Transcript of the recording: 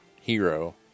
hero